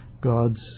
God's